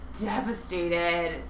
devastated